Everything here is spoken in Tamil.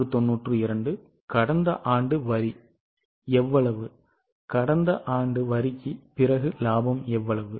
கடந்த ஆண்டு வரி கடந்த ஆண்டு எவ்வளவு வரிக்கு பிறகு இலாபம் எவ்வளவு